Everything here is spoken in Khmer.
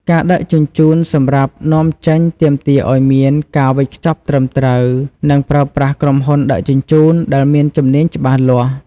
ការដឹកជញ្ជូនសម្រាប់នាំចេញទាមទារឲ្យមានការវេចខ្ចប់ត្រឹមត្រូវ និងប្រើប្រាស់ក្រុមហ៊ុនដឹកជញ្ជូនដែលមានជំនាញច្បាស់លាស់។